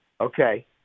Okay